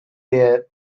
there